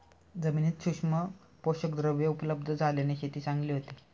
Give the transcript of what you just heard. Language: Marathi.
जमिनीत सूक्ष्म पोषकद्रव्ये उपलब्ध झाल्याने शेती चांगली होते